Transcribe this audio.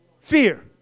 fear